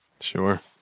sure